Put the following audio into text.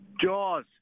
jaws